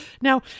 Now